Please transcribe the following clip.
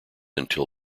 until